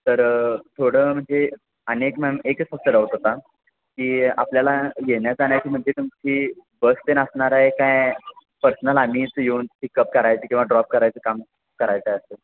तर थोडं म्हणजे आणि एक मॅम एकच फक्त डाऊट होता की आपल्याला येण्याजाण्याची म्हणजे तुमची बस ते आणि असणार आहे काय पर्सनल आम्हीच येऊन पिकअप करायचं किंवा ड्रॉप करायचं काम करायचं असं